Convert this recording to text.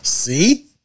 See